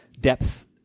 depth